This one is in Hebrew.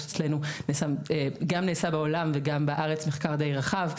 יש אצלנו גם נעשה בעולם וגם בארץ מחקר די רחב,